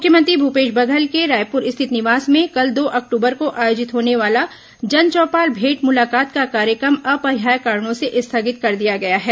मुख्यमंत्री भूपेश बघेल के रायपुर स्थित निवास में कल दो अक्टूबर को आयोजित होने वाला जनचौपाल भेंट मुलाकात का कार्यक्रम अपरिहार्य कारणों से स्थगित कर दिया गया है